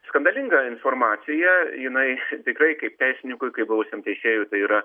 skandalinga informacija jinai tikrai kaip teisininkui kaip buvusiam teisėjui tai yra